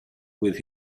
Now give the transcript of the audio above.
with